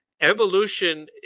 Evolution